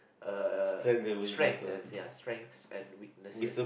uh strength ya strengths and weaknesses